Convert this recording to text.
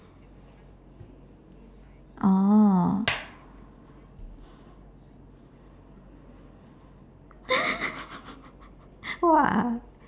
oh !wah!